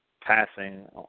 passing